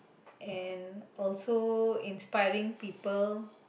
and also inspiring people